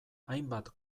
hainbat